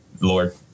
Lord